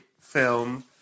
film